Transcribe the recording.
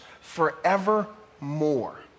forevermore